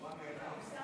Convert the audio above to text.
יפה.